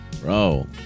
Bro